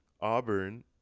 Auburn